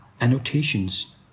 annotations